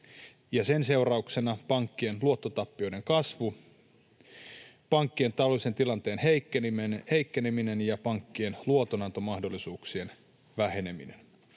sen seurauksena pankkien luottotappioiden kasvu, pankkien taloudellisen tilanteen heikkeneminen ja pankkien luotonantomahdollisuuksien väheneminen.